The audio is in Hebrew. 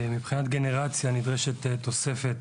מבחינת גנרציה, נדרשת תוספת